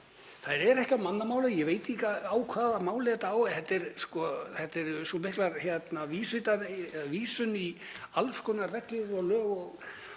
Þær eru ekki á mannamáli, ég veit ekki á hvaða máli þetta er. Þetta eru svo miklar vísanir í alls konar reglur og lög og